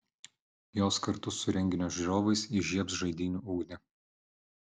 jos kartu su renginio žiūrovais įžiebs žaidynių ugnį